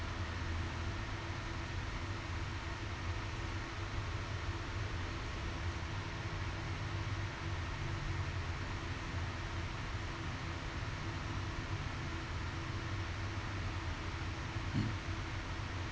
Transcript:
mm